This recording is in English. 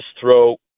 throw